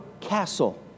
castle